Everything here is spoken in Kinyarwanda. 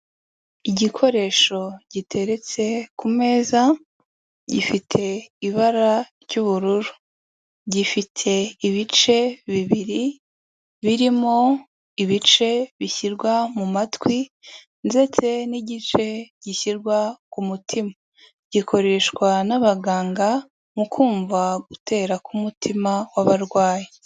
Igikoresho giteretse ku meza, gifite ibara ry'ubururu, gifite ibice bibiri, birimo ibice bishyirwa mu matwi ndetse n'igice gishyirwa ku mutima, gikoreshwa n'abaganga mu kumva gutera k'umutima w'ababarwayi.